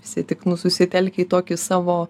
visi tik nu susitelkę į tokį savo